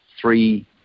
three